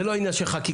זה לא עניין של חקיקה.